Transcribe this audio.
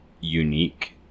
unique